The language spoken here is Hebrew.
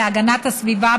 להגנת הסביבה,